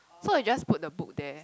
so you just put the book there